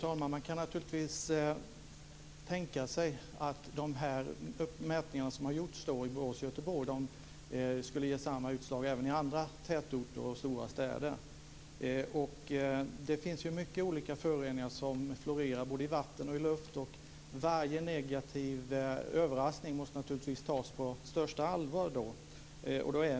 Fru talman! Man kan naturligtvis tänka sig att de mätningar som har gjorts i Borås och Göteborg skulle ge samma utslag även i andra tätorter och stora städer. Det finns många olika föroreningar som florerar, både i vatten och i luft, och varje negativ överraskning måste naturligtvis tas på största allvar.